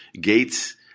Gates